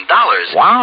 Wow